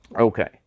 Okay